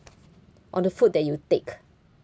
on the food that you take